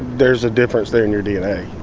there's a difference there in your dna.